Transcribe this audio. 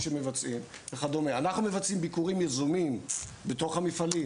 אנחנו מבצעים ביקורים יזומים בתוך המפעלים.